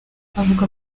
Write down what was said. avuga